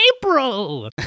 April